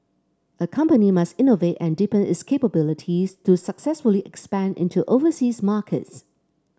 a company must innovate and deepen its capabilities to successfully expand into overseas markets